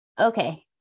okay